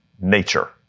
nature